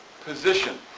position